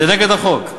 זה נגד החוק.